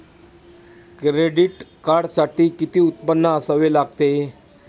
Credit कार्डसाठी किती उत्पन्न असावे लागते?